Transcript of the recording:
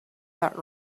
that